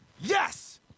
yes